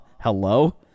Hello